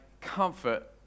comfort